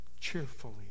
cheerfully